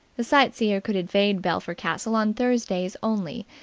the sightseer could invade belpher castle on thursdays only,